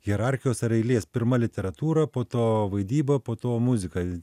hierarchijos ar eilės pirma literatūra po to vaidyba po to muzika